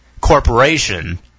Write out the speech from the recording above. corporation